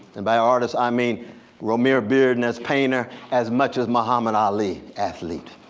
and by artist i mean romare bearden as painter, as much as mohammad ali athlete.